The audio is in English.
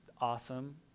awesome